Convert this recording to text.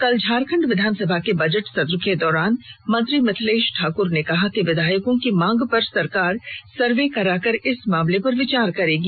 कल झारखंड विधानसभा के बजट सत्र के दौरान मंत्री मिथलेश ठाक्र ने कहा कि विधायकों की मांग पर सरकार सर्वे कराकर इस मामले पर विचार करेगी